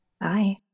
Bye